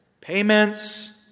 payments